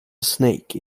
snake